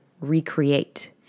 recreate